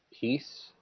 Peace